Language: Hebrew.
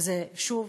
ושוב,